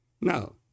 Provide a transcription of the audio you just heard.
No